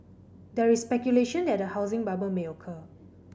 there is speculation that a housing bubble may occur